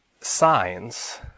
signs